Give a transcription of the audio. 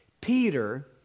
Peter